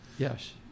Yes